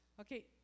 Okay